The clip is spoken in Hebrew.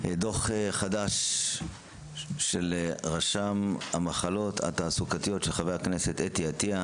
- דו"ח חדש של רשם המחלות התעסוקתיות" של חה"כ חוה אתי עטייה,